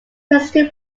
resting